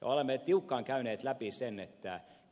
olemme tiukkaan käyneet läpi sen